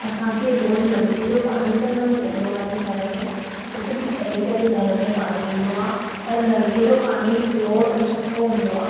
असांखे रोज नलके जो पाणी त न मिलंदो आहे घर में हिक ॾींहं छॾे करे घर में पाणी ईंदो आहे पर नलके जो पाणी पियोर ऐं सुठो हूंदो आहे